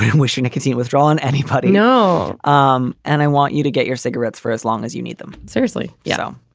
and wishing nicotine withdrawal on any party. no. um and i want you to get your cigarettes for as long as you need them. seriously? you know,